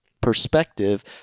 perspective